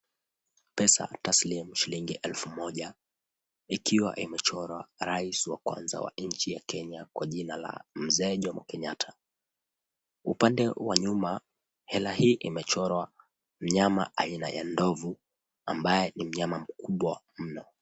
Pesa taslimu shilingi elfu moja ikiwa imechorwa rais wa kwanza wa nchi ya Kenya kwa jina la mzee Jommo Kenyatta. Upande wa nyuma hela hii imechorwa mnyama aina ya ndovu ambaye ni mnyama mkubwa mno.